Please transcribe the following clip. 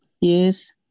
Yes